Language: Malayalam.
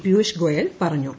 പിയൂഷ് ഗോയൽ പറഞ്ഞു